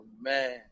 man